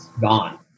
gone